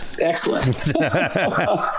Excellent